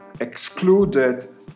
excluded